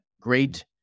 great